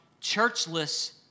churchless